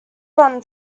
button